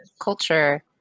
culture